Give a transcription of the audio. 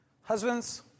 Husbands